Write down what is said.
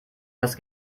das